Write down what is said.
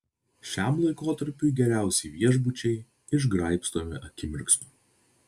šiam laikotarpiui geriausi viešbučiai išgraibstomi akimirksniu